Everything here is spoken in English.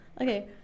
Okay